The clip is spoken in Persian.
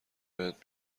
بهت